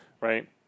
right